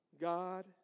God